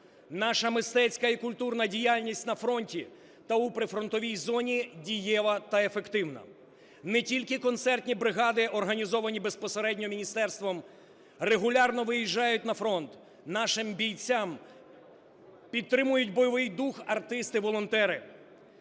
Наша мистецька і культурна діяльність на фронті та у прифронтовій зоні дієва та ефективна. Не тільки концертні бригади, організовані безпосередньо міністерством, регулярно виїжджають на фронт, нашим бійцям підтримують бойовий дух артисти-волонтери,